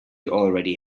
already